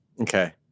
Okay